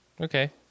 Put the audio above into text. Okay